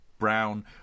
brown